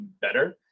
better